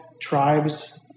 tribes